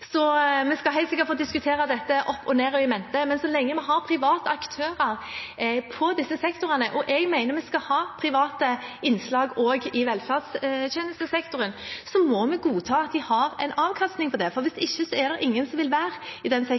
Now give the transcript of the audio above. Vi skal helt sikkert få diskutere dette opp og ned i mente, men så lenge vi har private aktører i disse sektorene – og jeg mener vi skal ha private innslag også i velferdstjenestesektoren – må vi godta at de har en avkastning på det, for hvis ikke er det ingen som vil være i den